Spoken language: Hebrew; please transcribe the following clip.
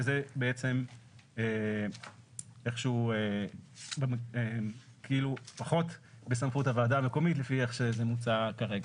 וזה בעצם איכשהו פחות בסמכות הוועדה המקומית לפי איך שזה נמצא כרגע.